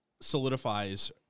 solidifies